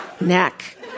neck